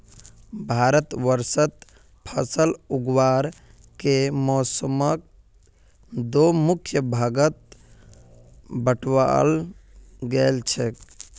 भारतवर्षत फसल उगावार के मौसमक दो मुख्य भागत बांटाल गेल छेक